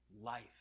life